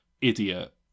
idiot